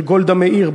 של גולדה מאיר,